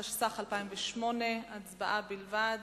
התשס"ח 2008. גם כאן יש לנו רק הצבעה.